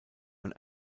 und